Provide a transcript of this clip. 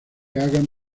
hagan